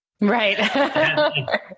Right